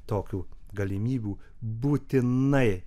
tokių galimybių būtinai